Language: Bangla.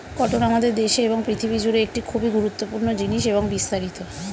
কটন আমাদের দেশে এবং পৃথিবী জুড়ে একটি খুবই গুরুত্বপূর্ণ জিনিস এবং বিস্তারিত